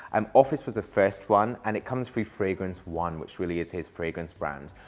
and office was the first one and it comes free fragrance one, which really is his fragrance brand.